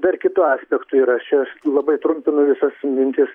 dar kitu aspektu yra aš čia labai trupinu visas mintis